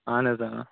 اہن حظ آ